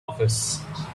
office